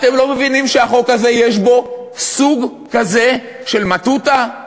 אתם לא מבינים שהחוק הזה, יש בו סוג כזה של מטותא?